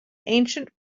ancient